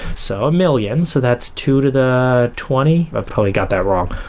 so a million, so that's two to the twenty, i've probably got that wrong.